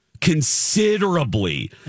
considerably